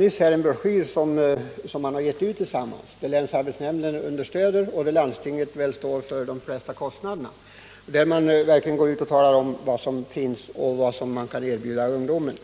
Av den framgår att länsarbetsnämnden understödjer verksamheten medan landstinget står för större delen av kostnaderna. Man redovisar där vilka möjligheter som finns och som står till förfogande för ungdomen.